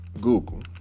Google